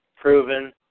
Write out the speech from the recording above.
proven